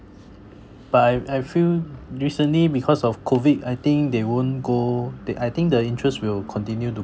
but I I feel recently because of COVID I think they won't go that I think the interest will continue to